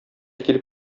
килеп